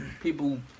people